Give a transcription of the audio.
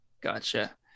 Gotcha